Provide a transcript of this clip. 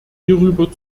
hierüber